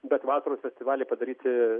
bet vasaros festivalį padaryti